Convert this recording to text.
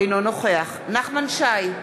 אינו נוכח נחמן שי,